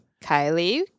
Kylie